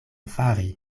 fari